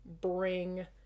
bring